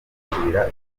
kwikubira